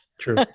true